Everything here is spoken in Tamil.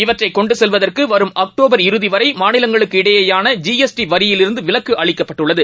இவற்றைகொண்டுசெல்வதற்குவரும் அக்டோபர் இறுதிவரைமாநிலங்களுக்கு இடையேயான ஜிஎஸ்டி வரியிலிருந்துவிலக்குஅளிக்கப்பட்டுள்ளது